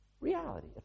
reality